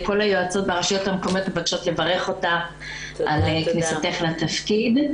כל היועצות ברשויות המקומיות מבקשות לברך אותך על כניסתך לתפקיד.